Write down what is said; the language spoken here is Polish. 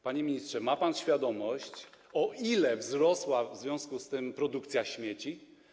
Panie ministrze, ma pan świadomość, o ile wzrosła w związku z tym produkcja śmieci?